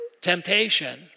temptation